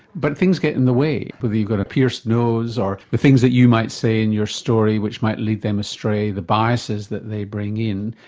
but things get in the way, whether you've got a pierced nose or the things that you might say in your story which might lead them astray, the biases that they bring in.